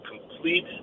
complete